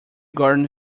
garden